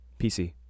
PC